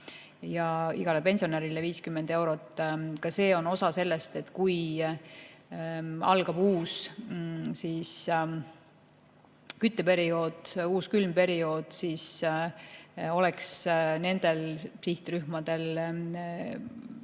ja igale pensionärile 50 eurot. Ka see on selleks, et kui algab uus kütteperiood, uus külm periood, siis oleks nendel sihtrühmadel väike